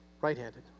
right-handed